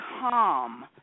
calm